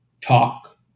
talk